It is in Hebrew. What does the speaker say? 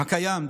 הקיים,